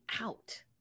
out